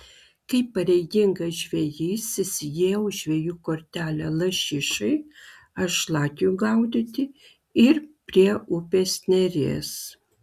kaip pareigingas žvejys įsigijau žvejui kortelę lašišai ar šlakiui gaudyti ir prie upės neris